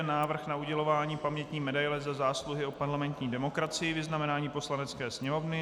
Návrh na udělování Pamětní medaile Za zásluhy o parlamentní demokracii, vyznamenání Poslanecké sněmovny PČR